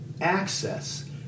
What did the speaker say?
access